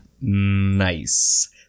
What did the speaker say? nice